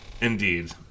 Indeed